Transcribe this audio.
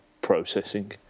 processing